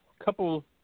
couple